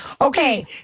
Okay